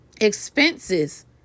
expenses